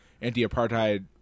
anti-apartheid